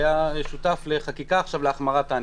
היה שותף עכשיו להחמרת הענישה.